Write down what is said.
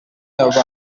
y’abantu